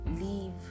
Leave